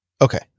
Okay